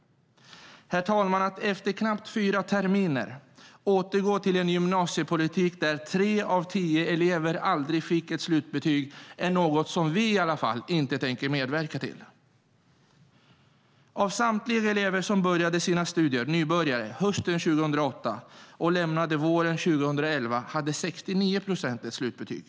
Herr talman! Att efter knappt fyra terminer återgå till en gymnasiepolitik där tre av tio elever aldrig fick ett slutbetyg är något vi inte tänker medverka till. Av samtliga elever som började sina studier som nybörjare hösten 2008 och lämnade gymnasieskolan våren 2011 hade 69 procent ett slutbetyg.